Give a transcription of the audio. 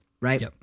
right